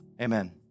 amen